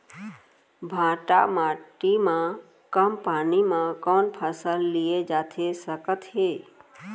भांठा माटी मा कम पानी मा कौन फसल लिए जाथे सकत हे?